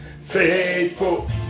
faithful